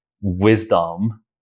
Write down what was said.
wisdom